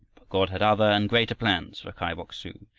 but god had other and greater plans for kai bok-su.